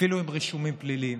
אפילו עם רישומים פליליים,